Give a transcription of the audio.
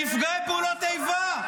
נפגעי פעולות איבה.